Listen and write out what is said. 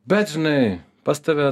bet žinai pas tave